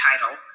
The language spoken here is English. title